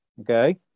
Okay